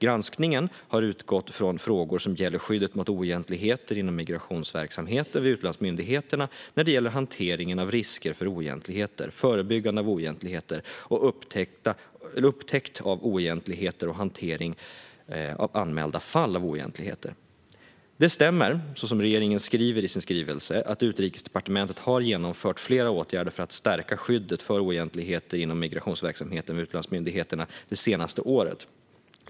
Granskningen har utgått från frågor som gäller skyddet mot oegentligheter inom migrationsverksamheten vid utlandsmyndigheterna när det gäller hanteringen av risker för oegentligheter, förebyggande av oegentligheter, upptäckt av oegentligheter och hanteringen av anmälda fall av oegentligheter. Det stämmer, som regeringen uttrycker i sin skrivelse, att Utrikesdepartementet har vidtagit flera åtgärder för att stärka skyddet för oegentligheter inom migrationsverksamheten vid utlandsmyndigheterna under det senaste året.